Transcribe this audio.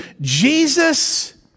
Jesus